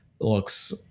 looks